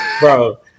bro